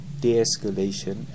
de-escalation